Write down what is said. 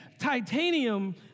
titanium